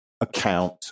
account